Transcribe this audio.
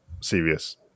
serious